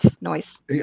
noise